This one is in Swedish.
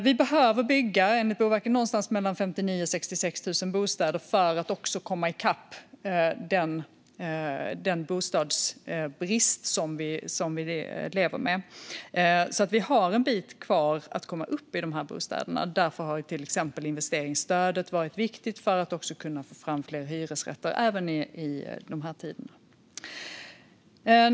Vi behöver enligt Boverket bygga någonstans mellan 59 000 och 66 000 bostäder för att komma till rätta med den bostadsbrist vi lever med. Vi har alltså en bit kvar för att komma upp i det antalet bostäder. Därför har till exempel investeringsstödet varit viktigt för att få fram fler hyresrätter, även i dessa tider.